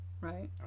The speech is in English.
right